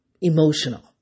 emotional